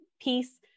piece